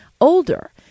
older